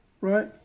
right